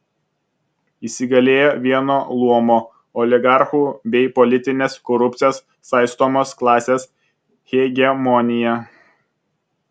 įsigalėjo vieno luomo oligarchų bei politinės korupcijos saistomos klasės hegemonija